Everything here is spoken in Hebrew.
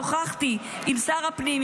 שוחחתי עם שר הפנים,